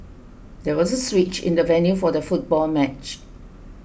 there was a switch in the venue for the football match